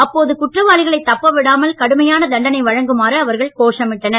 அப்போது குற்றவாளிகளை தப்பவிடாமல் கடுமையான தண்டனை வழங்குமாறு அவர்கள் கோஷமிட்டனர்